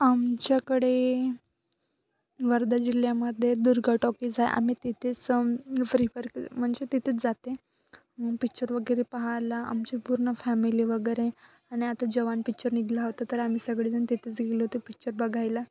आमच्याकडे वर्धा जिल्ह्यामध्ये दुर्ग टॉकीज आहे आम्ही तिथेच जाऊन फ्रीफर म्हणजे तिथेच जाते पिक्चर वगैरे पाहायला आमची पूर्ण फॅमिली वगैरे आणि आता जवान पिक्चर निघाला होता तर आम्ही सगळे जण तिथेच गेलो होते पिच्चर बघायला